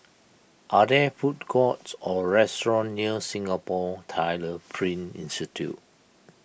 are there food courts or restaurants near Singapore Tyler Print Institute